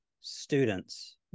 students